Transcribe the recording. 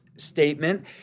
statement